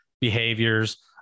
behaviors